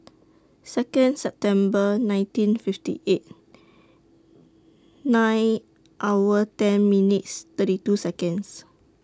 Second September nineteen fifty eight nine hour ten minutes thirty two Seconds